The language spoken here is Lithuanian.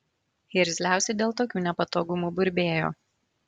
irzliausi dėl tokių nepatogumų burbėjo